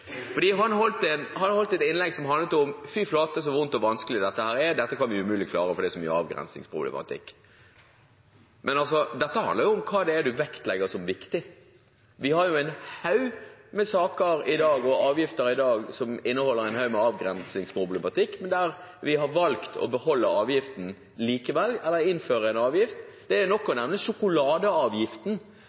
Han holdt et innlegg som handlet om: Fy flate, så vondt og vanskelig dette er, dette kan vi umulig klare, for det er så mye avgrensningsproblematikk. Men dette handler om hva man vektlegger som viktig. Vi har en haug med saker og avgifter i dag med avgrensningsproblematikk, men der vi likevel har valgt å beholde avgiften eller å innføre en avgift. Det er nok å nevne sjokoladeavgiften,